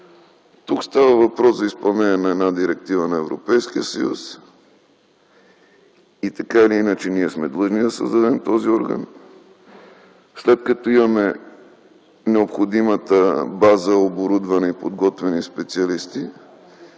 Тук става въпрос за изпълнение на една директива на Европейския съюз, и така или иначе, ние сме длъжни да създадем този орган. След като имаме необходимата база оборудвани и подготвени специалисти,